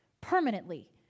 permanently